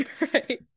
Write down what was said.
right